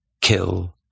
kill